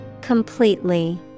Completely